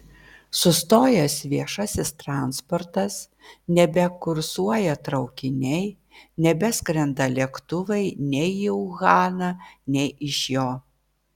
sustojęs viešasis transportas nebekursuoja traukiniai nebeskrenda lėktuvai nei į uhaną nei iš jo